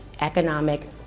economic